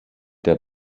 der